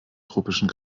tropischen